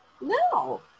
No